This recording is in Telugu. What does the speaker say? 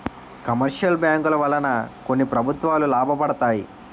కమర్షియల్ బ్యాంకుల వలన కొన్ని ప్రభుత్వాలు లాభపడతాయి